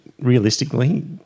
realistically